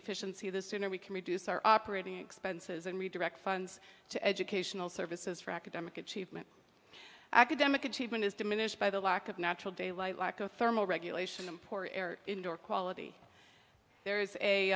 efficiency the sooner we can reduce our operating expenses and redirect funds to educational services for academic achievement academic achievement is diminished by the lack of natural daylight lack of thermal regulation import indoor quality there